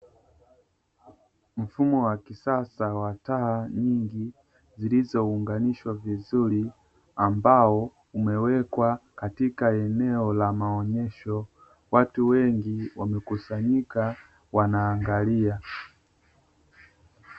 Mfumo wa kisasa wa taa nyingi zilizoungwanishwa vizuri, ambao umewekwa katika eneo la maonesho, watu wengi wame kusanyika wanaangalia.